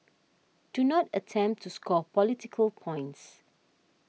do not attempt to score political points